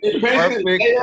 perfect